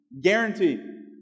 guarantee